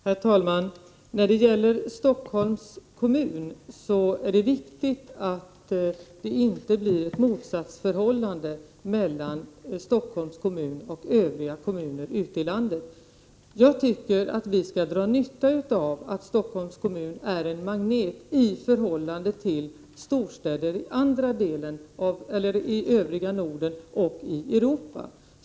Herr talman! Det är viktigt att det inte blir ett motsatsförhållande mellan Stockholms kommun och övriga kommuner i landet. Jag tycker att vi skall dra nytta av att Stockholms kommun är en magnet i förhållande till storstäder i övriga Norden och i Europa.